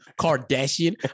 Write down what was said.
Kardashian